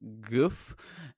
Goof